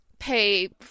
pay